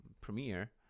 premiere